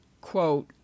quote